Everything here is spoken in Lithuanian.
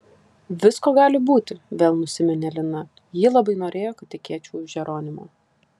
visko gali būti vėl nusiminė lina ji labai norėjo kad tekėčiau už jeronimo